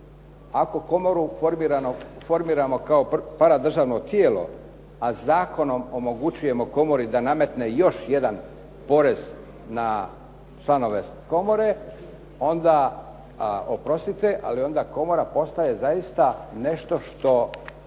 Ako komoru formiramo kao paradržavno tijelo, a zakonom omogućujemo komori da nametne još jedan porez na članove komore onda oprostite, ali onda komora postaje zaista nešto što